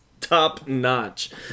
top-notch